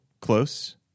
close